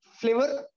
flavor